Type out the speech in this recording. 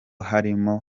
harimo